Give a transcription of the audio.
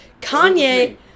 Kanye